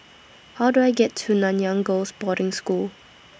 How Do I get to Nanyang Girls' Boarding School